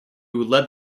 led